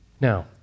Now